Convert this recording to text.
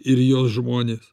ir jos žmones